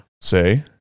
say